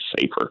safer